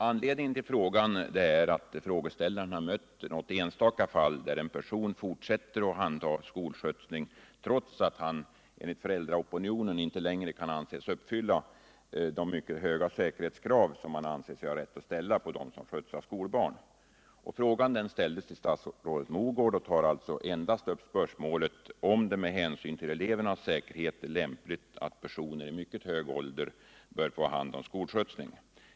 Anledningen till frågan är att frågeställaren påträffat något enstaka fall där en person fortsätter att handha skolskjutsning trots att han enligt föräldraopinionen inte längre kan anses uppfylla de mycket höga säkerhetskrav som man anser sig ha rätt att ställa på dem som skjutsar skolbarn. Frågan ställdes till statsrådet Mogård, och den tar endast upp spörsmålet om det med hänsyn till elevernas säkerhet är lämpligt att personer i mycket hög ålder får ha hand om skolskjutsning.